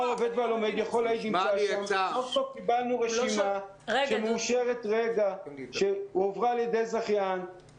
העובד והלומד סוף סוף קיבלנו רשימה שהועברה על-ידי זכיין.